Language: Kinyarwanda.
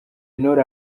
intore